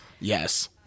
Yes